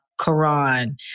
Quran